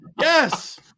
yes